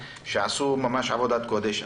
שעשו ממש עבודת קודש.